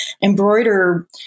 embroider